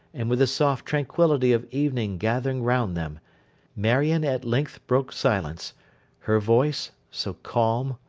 and with the soft tranquillity of evening gathering around them marion at length broke silence her voice, so calm,